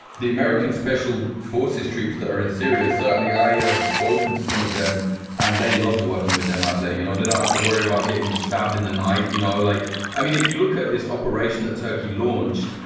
the american special forces troops that are in syria, certainly i have spoken to some of them and they loved working with them out there, you know they don't have to worry about getting stabbed in the night. you know like i mean, if you look at this operation that turkey launched,